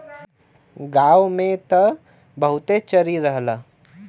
गांव में त बहुते चरी रहला